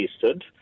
tested